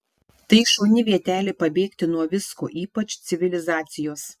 tai šauni vietelė pabėgti nuo visko ypač civilizacijos